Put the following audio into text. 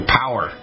power